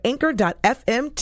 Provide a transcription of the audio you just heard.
Anchor.fm